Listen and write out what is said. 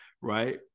right